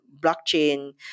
blockchain